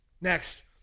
Next